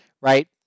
right